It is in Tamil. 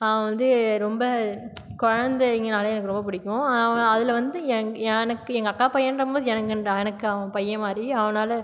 அவன் வந்து ரொம்ப குழந்தைங்கனாலே எனக்கு ரொம்ப பிடிக்கும் அவன் அதில் வந்து எங் எனக்கு எங்கள் அக்கா பையன்ற போது எனக்கு எனக்கு அவன் பையன் மாதிரி அதனால்